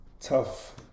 tough